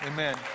Amen